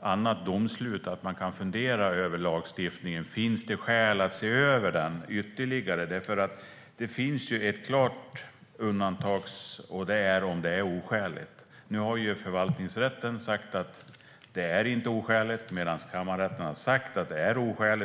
annat domslut kan fundera över om det finns skäl att se över lagstiftningen ytterligare. Det finns en klar möjlighet till undantag om det är oskäligt att ställa de här kraven. Nu har förvaltningsrätten sagt att det inte är oskäligt, medan kammarrätten har sagt att det är oskäligt.